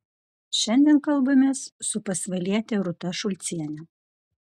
šiandien kalbamės su pasvaliete rūta šulciene